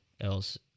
else